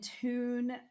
tune